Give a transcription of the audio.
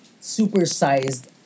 super-sized